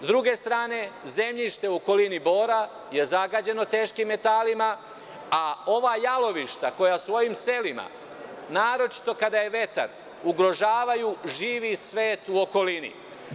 Sa druge strane, zemljište u okolini Bora je zagađeno teškim metalima, a ova jalovišta koja su u ovim selima, naročito kada je vetar, ugrožavaju živi svetu u okolini.